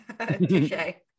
okay